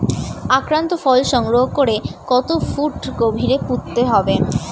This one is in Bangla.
আক্রান্ত ফল সংগ্রহ করে কত ফুট গভীরে পুঁততে হবে?